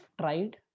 tried